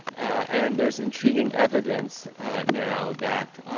and there's intriguing evidence now that